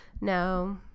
No